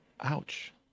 ouch